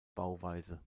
bauweise